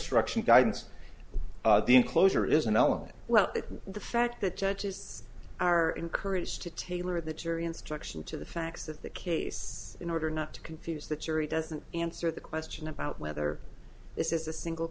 instruction guidance the enclosure is an element well the fact that judges are encouraged to tailor the jury instruction to the facts of the case in order not to confuse the jury doesn't answer the question about whether this is a single